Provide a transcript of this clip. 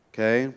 Okay